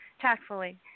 Tactfully